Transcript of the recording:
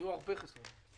היו הרבה חסרונות.